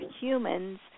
humans